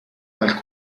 dal